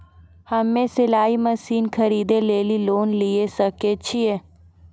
हम्मे सिलाई मसीन खरीदे लेली लोन लिये सकय छियै?